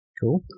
Cool